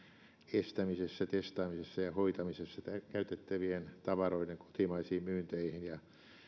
estämisessä testaamisessa ja hoitamisessa käytettävien tavaroiden kotimaisiin myynteihin ja